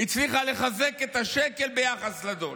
הצליחה לחזק את השקל ביחס לדולר,